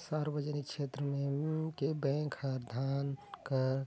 सार्वजनिक छेत्र के बेंक हर धन कर